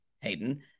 Hayden